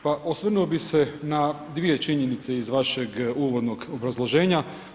Pa osvrnuo bih se na dvije činjenice iz vašeg uvodnog obrazloženja.